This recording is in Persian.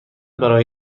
برای